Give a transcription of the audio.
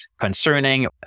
concerning